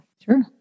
Sure